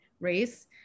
race